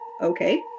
Okay